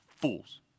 fools